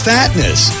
Fatness